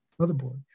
motherboard